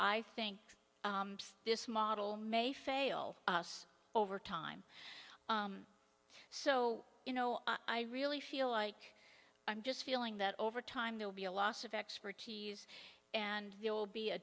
i think this model may fail us over time so you know i really feel like i'm just feeling that over time they'll be a loss of expertise and there will be a